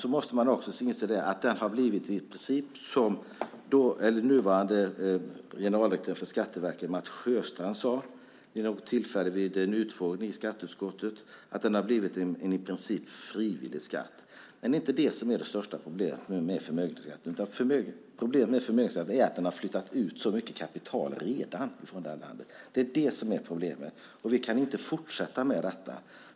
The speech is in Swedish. Man måste inse att förmögenhetsskatten har blivit vad nuvarande generaldirektören vid Skatteverket Mats Sjöstrand sade vid en utfrågning i skatteutskottet, nämligen en i princip frivillig skatt. Men det är inte det som är det största problemet med förmögenhetsskatten. Problemet är att den redan har flyttat ut så mycket kapital från det här landet. Vi kan inte fortsätta med detta.